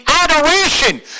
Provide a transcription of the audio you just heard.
adoration